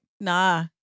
Nah